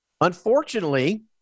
Unfortunately